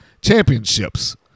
championships